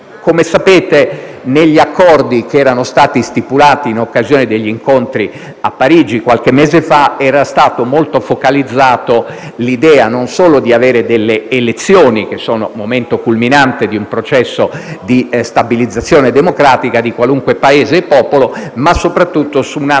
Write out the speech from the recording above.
Come sapete, negli accordi che erano stati stipulati in occasione degli incontri a Parigi qualche mese fa era stata molto focalizzata l'idea non solo di avere delle elezioni, che sono il momento culminante di un processo di stabilizzazione democratica di qualunque Paese e popolo, ma soprattutto di stabilire